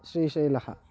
श्रीशैलः